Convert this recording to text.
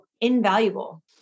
invaluable